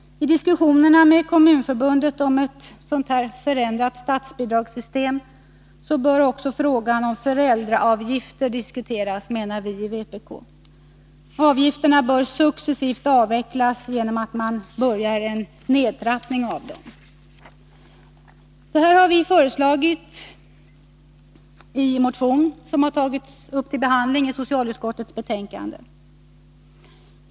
I diskussionerna med Kommunförbundet om ett förändrat statsbidragssystem bör också frågan om föräldraavgifter diskuteras, menar vi i vpk. Avgifterna bör successivt avvecklas helt genom att man börjar en nedtrappning av dessa. Detta har vi föreslagit i vår motion, som nu behandlas i socialutskottets betänkande.